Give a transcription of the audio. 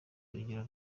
urugero